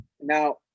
Now